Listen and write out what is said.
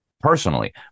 personally